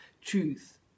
truth